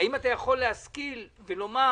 האם אתה יכול להשכיל אותנו ולומר